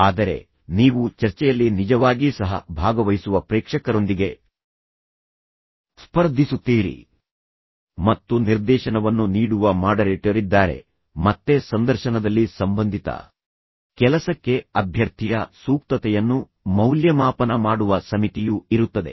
ಆದರೆ ನೀವು ಚರ್ಚೆಯಲ್ಲಿ ನಿಜವಾಗಿ ಸಹ ಭಾಗವಹಿಸುವ ಪ್ರೇಕ್ಷಕರೊಂದಿಗೆ ಸ್ಪರ್ಧಿಸುತ್ತೀರಿ ಮತ್ತು ನಿರ್ದೇಶನವನ್ನು ನೀಡುವ ಮಾಡರೇಟರ್ ಇದ್ದಾರೆ ಮತ್ತೆ ಸಂದರ್ಶನದಲ್ಲಿ ಸಂಬಂಧಿತ ಕೆಲಸಕ್ಕೆ ಅಭ್ಯರ್ಥಿಯ ಸೂಕ್ತತೆಯನ್ನು ಮೌಲ್ಯಮಾಪನ ಮಾಡುವ ಸಮಿತಿಯು ಇರುತ್ತದೆ